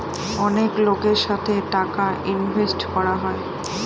অনেক লোকের সাথে টাকা ইনভেস্ট করা হয়